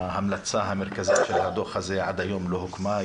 ההמלצה המרכזית של הדוח הזה עד היום לא קוימה.